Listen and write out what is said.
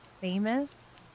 Famous